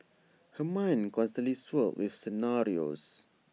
her mind constantly swirled with scenarios